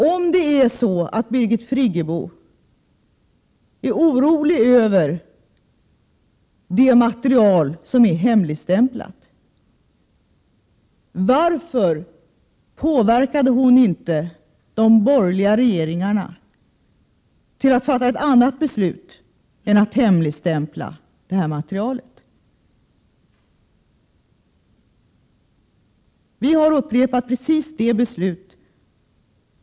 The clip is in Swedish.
Om Birgit Friggebo är orolig över det material som är hemligstämplat, varför påverkade hon inte de borgerliga regeringarna att fatta ett annat beslut än att hemligstämpla materialet?